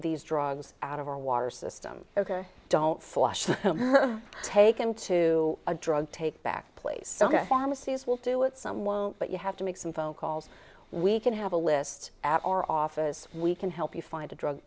these drugs out of our water system ok don't flush taken to a drug take back place pharmacies will do it some won't but you have to make some phone calls we can have a list at our office we can help you find a drug